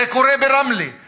זה קורה ברמלה,